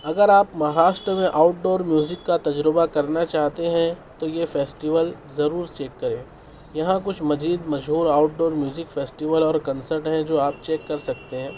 اگر آپ مہاراشٹر میں آؤٹ ڈور میوزک کا تجربہ کرنا چاہتے ہیں تو یہ فیسٹول ضرور چیک کریں یہاں کچھ مزید مشہور آؤٹ ڈور میوزک فیسٹول اور کنسڑٹ ہیں جو آپ چیک کر سکتے ہیں